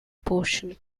portion